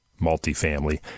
multifamily